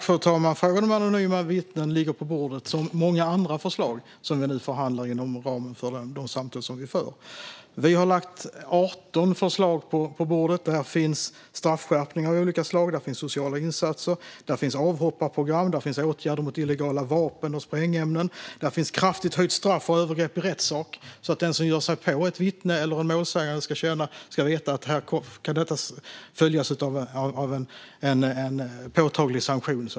Fru talman! Frågan om anonyma vittnen ligger på bordet, som så många andra förslag som vi nu förhandlar om inom ramen för de samtal som vi för. Vi har lagt 18 förslag på bordet. Där finns straffskärpning av olika slag, sociala insatser, avhopparprogram, åtgärder mot illegala vapen och sprängämnen. Där finns kraftigt höjt straff för övergrepp i rättssak så att den som ger sig på ett vittne eller en målsägande ska veta att det kan följas av en påtaglig sanktion.